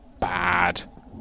bad